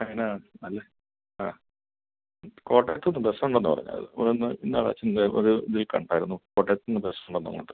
വയനാട് അല്ലേ ആ കോട്ടയത്ത് നിന്ന് ബസ് ഉണ്ടെന്ന് പറഞ്ഞായിരുന്നു ഒന്ന് ഇന്നാൾ അച്ഛൻ്റെ ഒരു ഇതിൽ കണ്ടായിരുന്നു കോട്ടയത്തു നിന്ന് ബസ്സ് ഉണ്ടെന്ന് അങ്ങോട്ട്